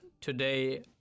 Today